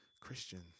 Christian